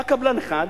בא קבלן אחד,